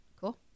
Cool